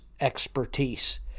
expertise